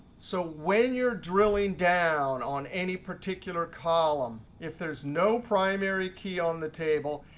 so when you're drilling down on any particular column, if there's no primary key on the table,